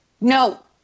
No